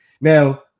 Now